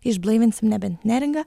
išblaivinsim nebent neringą